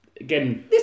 Again